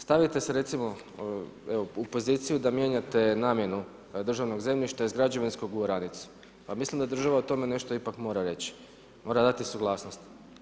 Stavite se recimo evo u poziciju da mijenjate namjenu državnog zemljišta iz građevinskog u oranicu, pa mislim da država o tome nešto ipak mora reći, mora dati suglasnost.